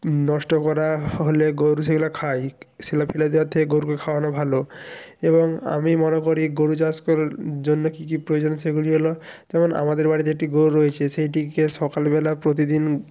নষ্ট করা হলে গরু সেগুলো খায় সেগুলো ফেলে দেওয়ার থেকে গরুকে খাওয়ানো ভালো এবং আমি মনে করি গরু চাষ করার জন্য কী কী প্রয়োজন সেগুলি হলো যেমন আমাদের বাড়িতে একটি গরু রয়েছে সেইটিকে সকালবেলা প্রতিদিন